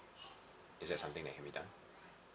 is that something that can be done